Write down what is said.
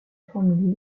formule